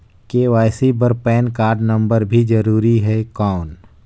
KYC बर PAN card number भी जरूरी हे कौन?